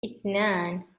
إثنان